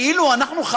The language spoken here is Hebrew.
כאילו אנחנו,